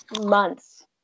months